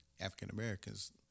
african-americans